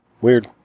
Weird